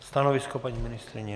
Stanovisko paní ministryně?